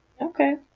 Okay